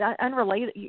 unrelated